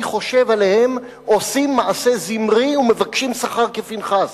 אני חושב עליהם: עושים מעשה זמרי ומבקשים שכר כפנחס.